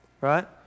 Right